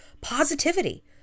positivity